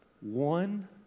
one